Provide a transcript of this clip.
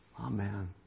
Amen